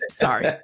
Sorry